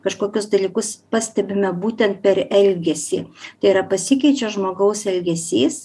kažkokius dalykus pastebime būtent per elgesį tai yra pasikeičia žmogaus elgesys